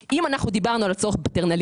- אם דיברנו על הצורך בפטרנליזם,